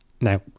now